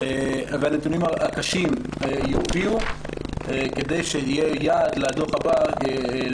והנתונים הקשים יופיעו כדי שיהיה יעד לתיקון לקראת הדוח הבא.